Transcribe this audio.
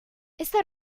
esta